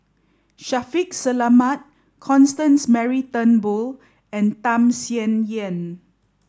Shaffiq Selamat Constance Mary Turnbull and Tham Sien Yen